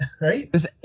Right